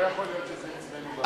לא יכול להיות שזה אצלנו במדינה.